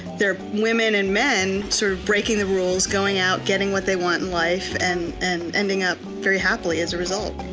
they're women and men sort of breaking the rules, going out, getting what they want in life, and and ending up very happily as a result.